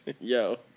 yo